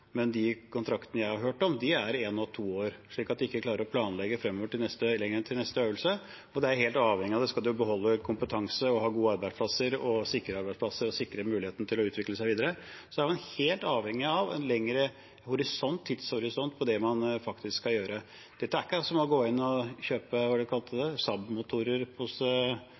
De kontraktene jeg har hørt om, er på ett og to år, slik at de ikke klarer å planlegge lenger enn til neste øvelse. Man er helt avhengig av det. Skal man beholde kompetanse og ha gode og sikre arbeidsplasser, sikre muligheten til å utvikle seg videre, er man helt avhengig av en lengre tidshorisont for det man faktisk skal gjøre. Dette er ikke som å gå inn og kjøpe